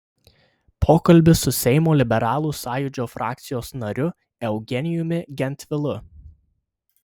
pokalbis su seimo liberalų sąjūdžio frakcijos nariu eugenijumi gentvilu